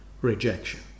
rejection